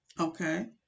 Okay